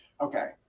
Okay